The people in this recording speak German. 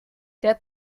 der